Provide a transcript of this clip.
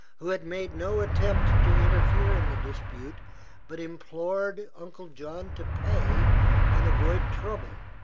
who had made no attempt to interfere in the dispute but implored uncle john to pay and avoid trouble,